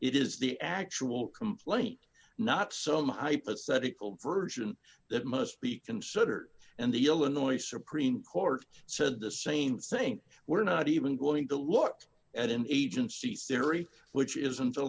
it is the actual complaint not some hypothetical version that must be considered and the illinois supreme court said the same thing we're not even going to look at an agency siri which isn't a